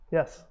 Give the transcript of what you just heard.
Yes